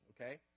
okay